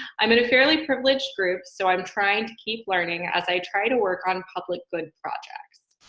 i'm in a fairly privileged group so i'm trying to keep learning as i try to work on public good projects.